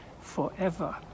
forever